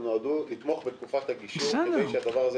הם נועדו לתמוך בתקופת הגישור כדי שהדבר הזה